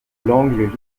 langue